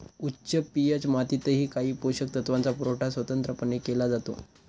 उच्च पी.एच मातीतही काही पोषक तत्वांचा पुरवठा स्वतंत्रपणे केला जातो